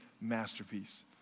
masterpiece